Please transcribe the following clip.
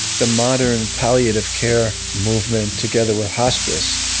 the modern palliative care movement, together with hospice,